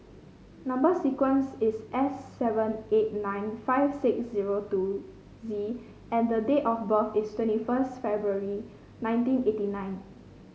number sequence is S seven eight nine five six zero two Z and date of birth is twenty first February nineteen eighty nine